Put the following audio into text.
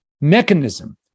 mechanism